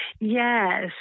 Yes